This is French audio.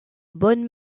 bonne